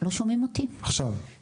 נראה לי